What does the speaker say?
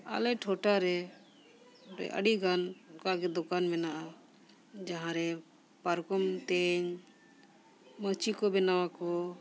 ᱟᱞᱮ ᱴᱚᱴᱷᱟᱨᱮ ᱟᱹᱰᱤᱜᱟᱱ ᱚᱱᱠᱟᱜᱮ ᱫᱚᱠᱟᱱ ᱢᱮᱱᱟᱜᱼᱟ ᱡᱟᱦᱟᱸᱨᱮ ᱯᱟᱨᱠᱚᱢ ᱛᱮᱧ ᱢᱟᱹᱪᱤ ᱠᱚ ᱵᱮᱱᱟᱣᱟᱠᱚ